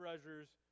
Treasures